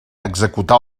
executar